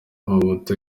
mobutu